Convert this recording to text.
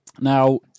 Now